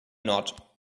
not